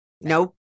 Nope